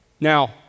Now